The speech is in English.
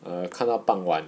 err 看到傍晚